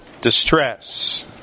distress